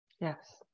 Yes